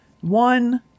One